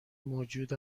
موجود